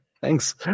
Thanks